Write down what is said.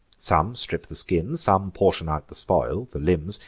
some strip the skin some portion out the spoil the limbs,